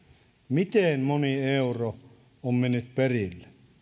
miten moni euro on mennyt perille